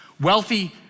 Wealthy